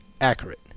Accurate